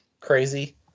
crazy